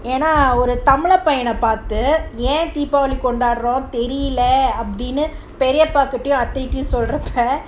எனாஒருதமிழபயனபார்த்துஏன்தீபாவளிகொண்டாடறோம்னுதெரியலஅப்டினுபெரியப்பாஅத்தைகிட்டசொல்றப்ப:yena oru tamil payana parthu yen deepavali kondadromnu theriala apdinu periapa athaikita solrapo